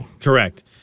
correct